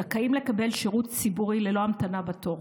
זכאים לקבל שירות ציבורי ללא המתנה בתור.